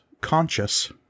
conscious